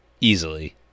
Easily